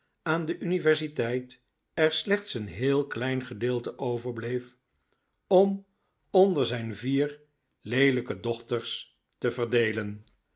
aan de universiteit er slechts een heel klein gedeelte overbleef om onder zijn vier leelijke dochters te verdeelen